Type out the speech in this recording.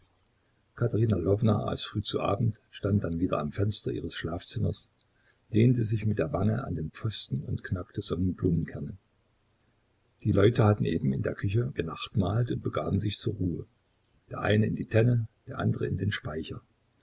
aß früh zu abend stand dann wieder am fenster ihres schlafzimmers lehnte sich mit der wange an den pfosten und knackte sonnenblumenkerne die leute hatten eben in der küche genachtmahlt und begaben sich zur ruhe der eine in die tenne der andere in den speicher